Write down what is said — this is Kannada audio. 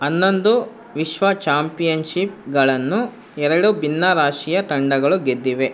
ಹನ್ನೊಂದು ವಿಶ್ವ ಚಾಂಪಿಯನ್ಷಿಪ್ಗಳನ್ನು ಎರಡು ಭಿನ್ನ ರಾಷ್ಟ್ರೀಯ ತಂಡಗಳು ಗೆದ್ದಿವೆ